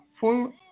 full